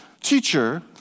Teacher